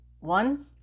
one